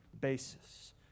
basis